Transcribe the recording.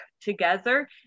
together